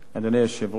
אדוני היושב-ראש,